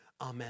Amen